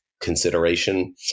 Consideration